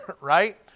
right